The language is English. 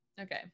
Okay